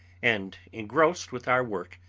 and, engrossed with our work,